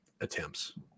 attempts